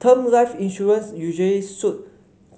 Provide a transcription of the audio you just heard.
term life insurance usually suit